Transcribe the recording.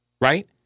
right